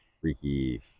freaky